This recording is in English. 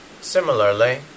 Similarly